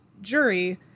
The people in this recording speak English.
jury